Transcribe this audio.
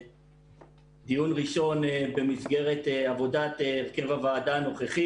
דיון ראשון במסגרת עבודת הרכב הוועדה הנוכחי